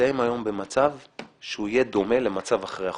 נמצאים היום במצב שהוא יהיה דומה למצב אחרי החוק.